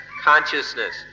consciousness